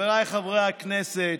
חבריי חברי הכנסת,